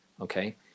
okay